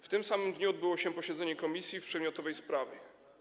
W tym samym dniu odbyło się posiedzenie komisji w przedmiotowej sprawie.